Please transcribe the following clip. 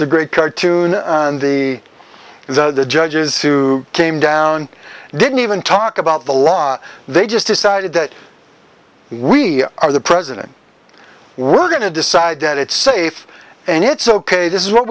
is a great cartoon and the the judges who came down didn't even talk about the law they just decided that we are the president we're going to decide that it's safe and it's ok this is what